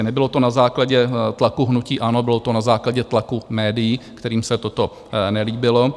Nebylo to na základě tlaku hnutí ANO, bylo to na základě tlaku médií, kterým se toto nelíbilo.